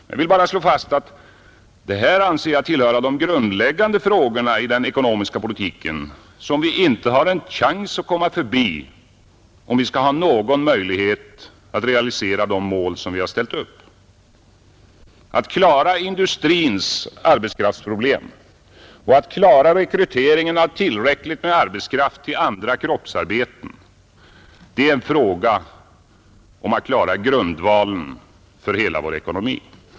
Jag vill bara slå fast att jag anser att den här problematiken tillhör det grundläggande i den ekonomiska politiken, som vi inte har en chans att komma förbi om vi skall ha någon Torsdagen den möjlighet att realisera de mål vi har ställt upp. Att klara industrins arbetskraftsproblem och att klara rekryteringen av tillräckligt med arbetskraft till andra kroppsarbeten är en fråga om att Ekonomisk debatt klara grundvalen för hela vår ekonomi.